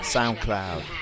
SoundCloud